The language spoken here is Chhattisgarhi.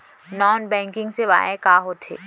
नॉन बैंकिंग सेवाएं का होथे